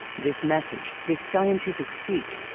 this message, this scientific feat,